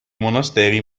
monasteri